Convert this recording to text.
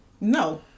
No